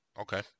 Okay